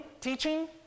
teaching